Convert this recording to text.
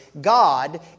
God